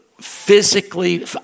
physically